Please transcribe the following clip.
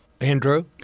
Andrew